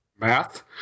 Math